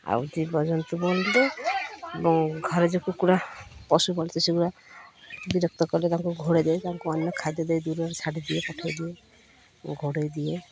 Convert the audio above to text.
ଆଉ ଜୀବଜନ୍ତୁ ଏବଂ ଘରେ ଯେଉଁ କୁକୁଡ଼ା ପଶୁପାଳିତ ସେଗୁଡ଼ା ବିରକ୍ତ କଲେ ତାଙ୍କୁ ଘୋଡ଼ାଇ ଦେଇ ତାଙ୍କୁ ଅନ୍ୟ ଖାଦ୍ୟ ଦେଇ ଦୂରରେ ଛାଡ଼ିଦିଏ ପଠେଇ ଦିଏ ଘୋଡ଼େଇ ଦିଏ